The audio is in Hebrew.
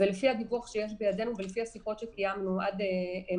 ולפי הדיווח שיש בידינו ולפי השיחות שקיימנו עד אמש,